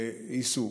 ייסעו.